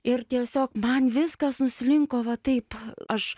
ir tiesiog man viskas nuslinko va taip aš